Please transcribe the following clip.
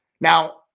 Now